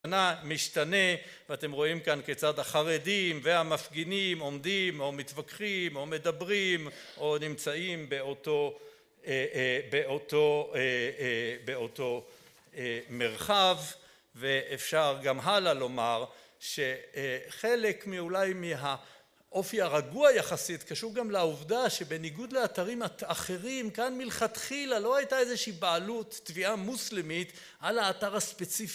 השנה משתנה ואתם רואים כאן כיצד החרדים והמפגינים עומדים או מתווכחים או מדברים או נמצאים באותו מרחב, ואפשר גם הלאה לומר שחלק מאולי מהאופי הרגוע יחסית קשור גם לעובדה שבניגוד לאתרים אחרים כאן מלכתחילה לא הייתה איזושהי בעלות תביעה מוסלמית על האתר הספציפי